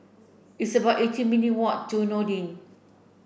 it's about eighteen minute walk to Noordin